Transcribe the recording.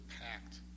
packed